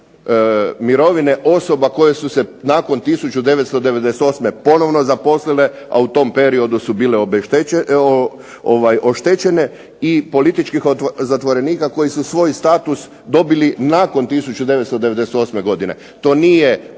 mirovina, mirovine osoba koje su se nakon 1998. ponovno zaposlile, a u tom periodu su bile oštećene, i političkih zatvorenika koji su svoj status dobili nakon 1998. godine. To nije problem